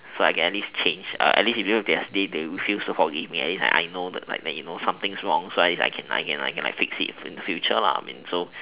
so I can at least change at least if you want to get stay they will sure forgive me at least I know like you know that got something wrong so like I can I can I can like fix it in future so